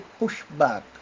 pushback